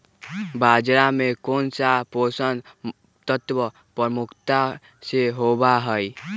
बाजरा में कौन सा पोषक तत्व प्रमुखता से होबा हई?